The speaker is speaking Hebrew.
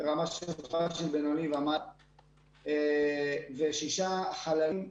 של בינוני ומעלה ושישה חללים.